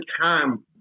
time